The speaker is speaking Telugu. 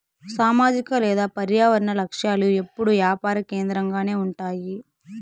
సామాజిక లేదా పర్యావరన లక్ష్యాలు ఎప్పుడూ యాపార కేంద్రకంగానే ఉంటాయి